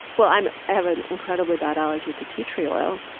well, i'm i have an incredibly bad allergy to tea tree oil.